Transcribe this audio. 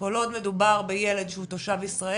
כל עוד מדובר בילד שהוא תושב ישראל,